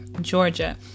Georgia